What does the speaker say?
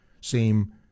seem